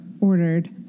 ordered